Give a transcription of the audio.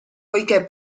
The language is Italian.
poiché